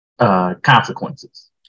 consequences